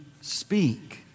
speak